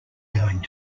going